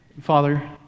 Father